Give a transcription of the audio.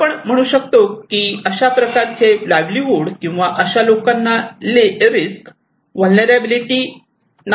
आपण म्हणू शकतो की अशा प्रकारचे लाईव्हलीहूड किंवा अशा लोकांना रिस्क व्हलनेरलॅबीलीटी नाही